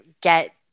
get